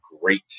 great